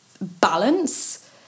balance